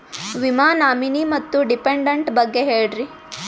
ವಿಮಾ ನಾಮಿನಿ ಮತ್ತು ಡಿಪೆಂಡಂಟ ಬಗ್ಗೆ ಹೇಳರಿ?